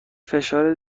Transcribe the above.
فشار